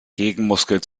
gegenmuskel